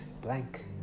blank